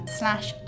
slash